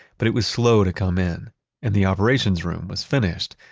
but it was slow to come in and the operations room was finished,